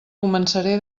començaré